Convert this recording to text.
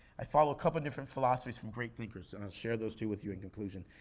i follow a couple different philosophies from great thinkers, and i'll share those two with you in conclusion.